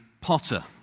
Potter